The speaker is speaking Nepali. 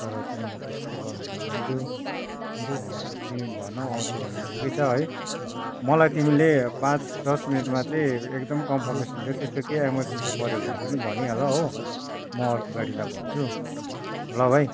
तर तिमीले त्यस्तो गर्नु त नहुन्थ्यो तिमी भन आउँछौ भने ठिकै छ है मलाई तिमीले पाँच दस मिनटमा चाहिँ एकदम कन्फर्मेसन् देऊ त्यस्तो केही एमेरजेन्सी पऱ्यो भने पनि भनिहाल हो म अर्को गाडीलाई भन्छु ल भाइ